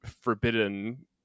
forbidden